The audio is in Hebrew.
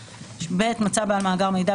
(ב) מצא בעל מאגר מידע,